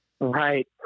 Right